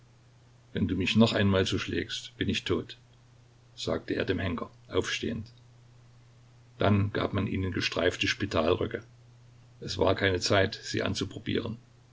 wenn du mich noch einmal so schlägst bin ich tot sagte er dem henker aufstehend dann gab man ihnen gestreifte spitalröcke es war keine zeit sie anzuprobieren